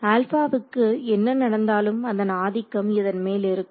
ஆல்ஃபாவுக்கு என்ன நடந்தாலும் அதன் ஆதிக்கம் இதன் மேல் இருக்கும்